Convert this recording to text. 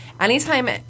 anytime